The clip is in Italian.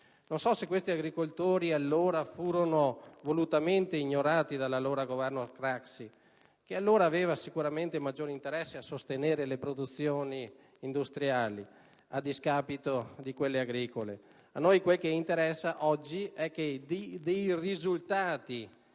Non so se questi agricoltori allora furono volutamente ignorati dal Governo Craxi, che aveva maggiore interesse a sostenere le produzioni industriali a discapito di quelle agricole. A noi quel che interessa oggi è che purtroppo